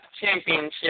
Championship